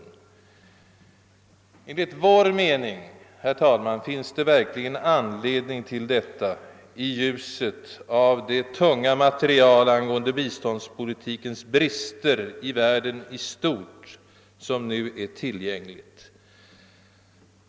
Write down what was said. Jo, enligt vår mening finns det verkligen anledning till detta, om man tar del av det tunga material angående biståndspolitikens brister i världen i stort, som nu är tillgängligt.